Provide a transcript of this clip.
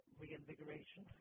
reinvigoration